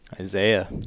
Isaiah